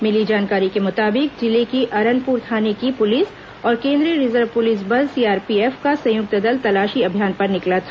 मिली जानकारी के मुताबिक जिले की अरनपुर थाने की पुलिस और केंद्रीय रिजर्व पुलिस बल सीआरपीएफ का संयुक्त दल तलाशी अभियान पर निकला था